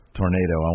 tornado